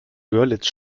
görlitz